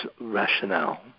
rationale